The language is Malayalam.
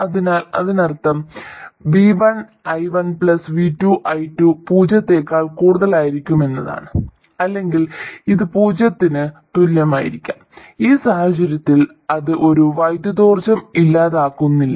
അതിനാൽ അതിനർത്ഥം v1 i1 v2 i2 പൂജ്യത്തേക്കാൾ കൂടുതലായിരിക്കുമെന്നാണ് അല്ലെങ്കിൽ ഇത് പൂജ്യത്തിന് തുല്യമായിരിക്കാം ഈ സാഹചര്യത്തിൽ അത് ഒരു വൈദ്യുതിയോർജ്ജം ഇല്ലാതാക്കുന്നില്ല